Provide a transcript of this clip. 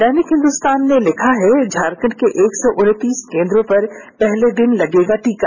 दैनिक हिन्दुस्तान ने लिखा है झारखंड के एक सौ उनतीस केन्द्रों पर पहले दिन लगेगा टीका